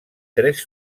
tres